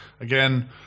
again